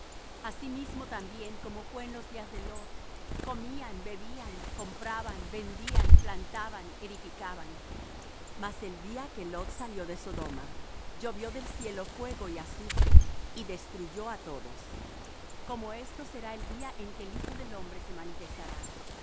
asimismo también como fué en los días de lot comían bebían compraban vendían plantaban edificaban mas el día que lot salió de sodoma llovió del cielo fuego y azufre y destruyó á todos como esto será el día en que el hijo del hombre se manifestará